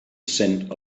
scent